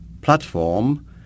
platform